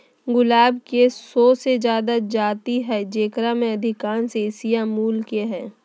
गुलाब के सो से जादा जाति हइ जेकरा में अधिकांश एशियाई मूल के हइ